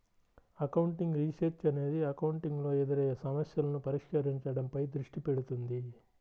accounting research అనేది accounting లో ఎదురయ్యే సమస్యలను పరిష్కరించడంపై దృష్టి పెడుతుంది